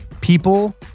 People